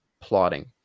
plotting